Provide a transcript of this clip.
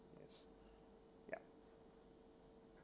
yup